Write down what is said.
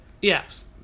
Yes